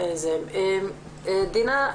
דינה,